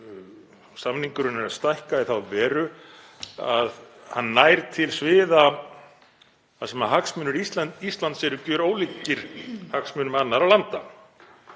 samningurinn er að stækka í þá veru að hann nær til sviða þar sem hagsmunir Íslands eru gjörólíkir hagsmunum annarra landa